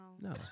No